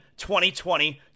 2020